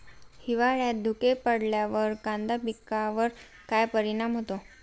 हिवाळ्यात धुके पडल्यावर कांदा पिकावर काय परिणाम होतो?